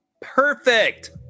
Perfect